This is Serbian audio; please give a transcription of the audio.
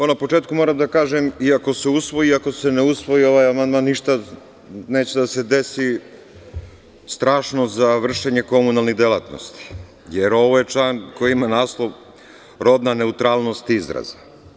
Na početku moram da kažem, i ako se usvoji, i ako se ne usvoji ovaj amandman ništa neće da se desi strašno za vršenje komunalnih delatnosti, jer ovaj član, koji ima naslov – rodna neutralnost izraza.